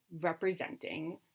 representing